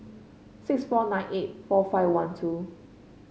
six four nine eight four five one two